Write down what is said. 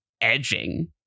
edging